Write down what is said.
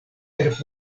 per